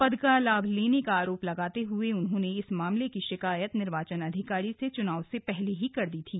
पद का लाभ लेने का आरोप लगाते हुए उन्होंने इस मामले की शिकायत निर्वाचन अधिकारी से चुनाव से पहले ही कर दी थी